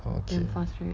okay